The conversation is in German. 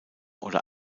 oder